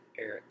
Eric